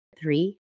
Three